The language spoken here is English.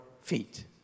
feet